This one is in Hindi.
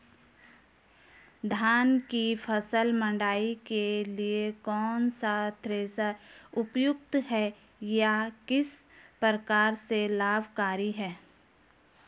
धान की फसल मड़ाई के लिए कौन सा थ्रेशर उपयुक्त है यह किस प्रकार से लाभकारी है?